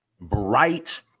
bright